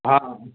हा